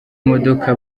modoka